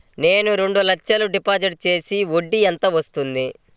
నేను రెండు లక్షల డిపాజిట్ చేస్తే వడ్డీ ఎంత వస్తుంది?